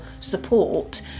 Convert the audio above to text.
support